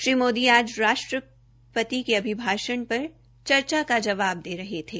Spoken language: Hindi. श्री मोदी आज राष्ट्र ति के अभिभाषण र चर्चा का जवाब दे रहे थे